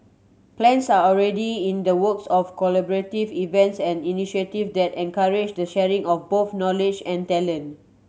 plans are already in the works of collaborative events and initiatives that encourage the sharing of both knowledge and talent